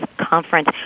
conference